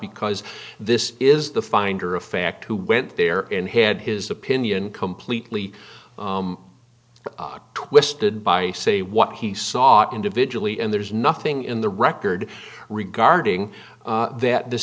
because this is the finder of fact who went there and had his opinion completely twisted by say what he saw individually and there is nothing in the record regarding that the